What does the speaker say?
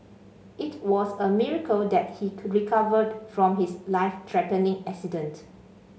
it was a miracle that he recovered from his life threatening accident